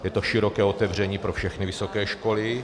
Je to široké otevření pro všechny vysoké školy.